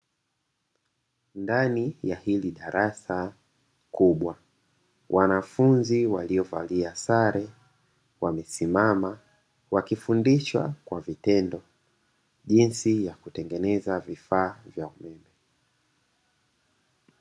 Ndani ya hili darasa kubwa wanafunzi waliovalia sare wamesimama, wakifundishwa kwa vitendo jinsi ya kutengeneza vifaa vya umeme.